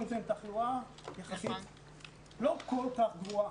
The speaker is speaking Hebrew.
את זה בתחלואה יחסית לא כל כך גבוהה,